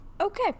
Okay